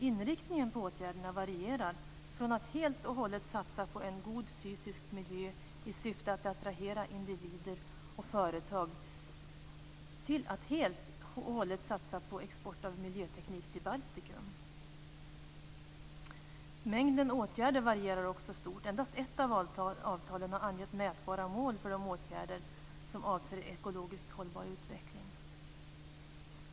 Inriktningen på åtgärderna varierar från att helt och hållet satsa på en god, fysisk miljö i syfte att attrahera individer och företag till att helt och hållet satsa på export av miljöteknik till Baltikum. Mängden åtgärder varierar också stort. I endast ett av avtalen anges mätbara mål för de åtgärder som avser ekologiskt hållbar utveckling.